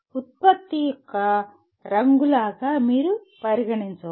ఉత్పత్తి యొక్క రంగు లాగా మీరు పరిగణించవచ్చు